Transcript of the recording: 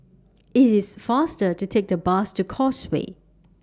IT IS faster to Take The Bus to Causeway